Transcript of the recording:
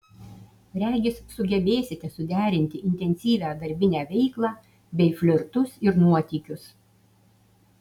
regis sugebėsite suderinti intensyvią darbinę veiklą bei flirtus ir nuotykius